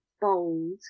bold